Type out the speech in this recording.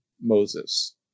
Moses